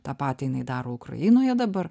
tą patį jinai daro ukrainoje dabar